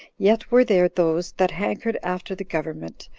yet were there those that hankered after the government,